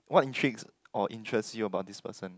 what intrigues or interests you about this person